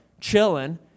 chilling